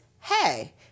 hey